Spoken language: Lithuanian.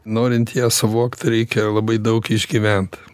norint ją suvokt reikia labai daug išgyvent